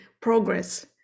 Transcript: progress